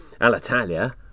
alitalia